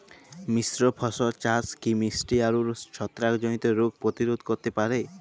মিশ্র ফসল চাষ কি মিষ্টি আলুর ছত্রাকজনিত রোগ প্রতিরোধ করতে পারে?